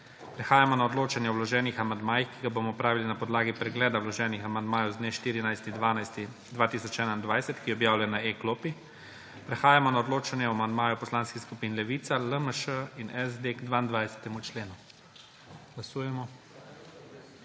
Prehajamo na odločanje o vloženih amandmajih, ki ga bomo opravili na podlagi pregleda vloženih amandmajev z dne 14. 12. 2021, ki je objavljen na e-klopi. Prehajamo na odločanje o amandmaju poslanskih skupin Levica, LMŠ in SD k 22. členu.